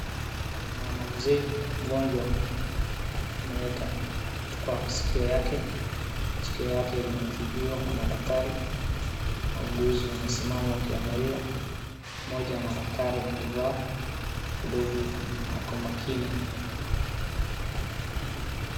Mama mzee mgonjwa ameweka kitu kwa masikio yake, skio yake linazibiwa na madaktari, wauguzi wamesimama wakiangalia, mmoja wa madaktari amevaa glovu na ako makini.